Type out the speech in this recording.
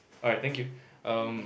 alright thank you um